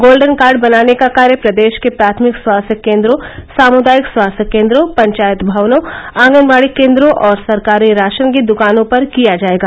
golden card बनाने का कार्य प्रदेश के प्राथमिक स्वास्थ्य केंद्रों सामुदायिक स्वास्थ्य केंद्रों पंचायत भवनों आंगनबाड़ी केंद्रों और सरकारी राशन की दुकानों पर किया जाएगा